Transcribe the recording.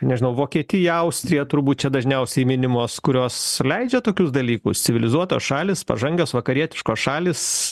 nežinau vokietija austrija turbūt čia dažniausiai minimos kurios leidžia tokius dalykus civilizuotos šalys pažangios vakarietiškos šalys